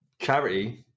Charity